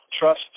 Trust